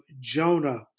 Jonah